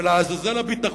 ולעזאזל הביטחון,